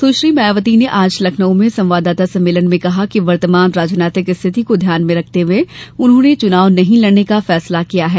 सुश्री मायावती ने आज लखनऊ में संवाददाता सम्मेलन में कहा कि वर्तमान राजनीतिक स्थिति को ध्यान में रखते हुए उन्होंने चुनाव नहीं लड़ने का फैसला किया है